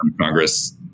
Congress